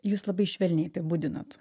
jūs labai švelniai apibūdinot